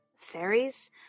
Fairies